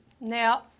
Now